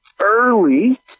early